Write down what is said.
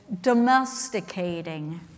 domesticating